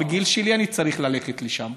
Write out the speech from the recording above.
בגיל שלי אני צריך ללכת לשם,